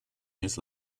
his